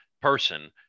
person